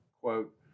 quote